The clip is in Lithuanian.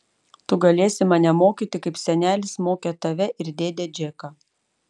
tu galėsi mane mokyti kaip senelis mokė tave ir dėdę džeką